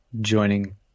joining